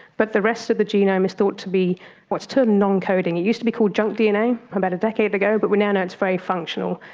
but the rest of the genome is thought to be what's termed non-coding. it used to be called junk dna about a decade ago but we now know it's very functional.